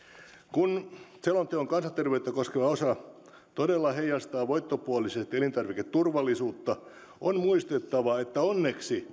kun selonteon kansanterveyttä koskeva osa todella heijastaa voittopuolisesti elintarviketurvallisuutta on muistettava että onneksi